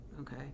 okay